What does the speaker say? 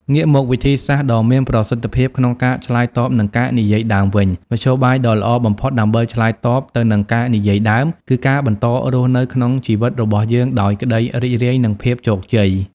ងាកមកវិធីសាស្រ្តដ៏មានប្រសិទ្ធភាពក្នុងការឆ្លើយតបនឹងការនិយាយដើមវិញ មធ្យោបាយដ៏ល្អបំផុតដើម្បីឆ្លើយតបទៅនឹងការនិយាយដើម គឺការបន្តរស់នៅក្នុងជីវិតរបស់យើងដោយក្ដីរីករាយ និងភាពជោគជ័យ។